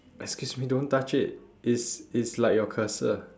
excuse me don't touch it it's it's like your cursor